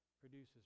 produces